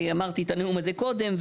אמרתי את הנאום הזה קודם,